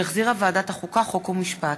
שהחזירה ועדת החוקה, חוק ומשפט,